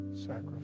sacrifice